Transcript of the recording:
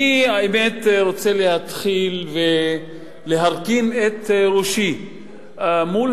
האמת היא שאני רוצה להתחיל ולהרכין את ראשי מול